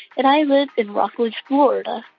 and i live in rockledge, fla. sort of